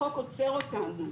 החוק עוצר אותנו.